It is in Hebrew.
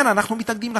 כן, אנחנו מתנגדים לחוק.